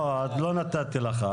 לא, לא נתתי לך.